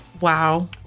wow